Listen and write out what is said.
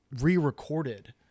re-recorded